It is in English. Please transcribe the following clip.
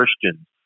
Christians